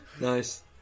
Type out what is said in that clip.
Nice